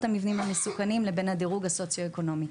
המבנים המסוכנים לבין הדירוג הסוציו אקונומי.